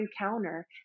encounter